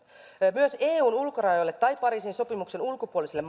myös eun ulkorajoille tai pariisin sopimuksen ulkopuolisille